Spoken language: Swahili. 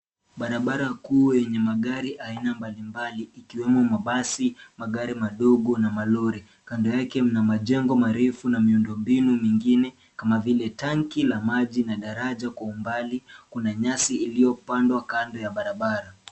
Barabara kuu yenye magari aina mbalimbali ikiwemo mabasi, magari madogo na malori. Kando yake mna majengo marefu na miundombinu mingine kama vile tangi, la maji na daraja, kwa umbali kuna nyasi iliopandwa kando ya barabara.